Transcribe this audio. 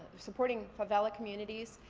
supporting favela communities,